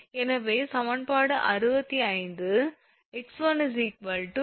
எனவே சமன்பாடு 65 𝑥1𝐿2−ℎ𝑇𝑊𝑒𝐿